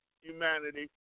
humanity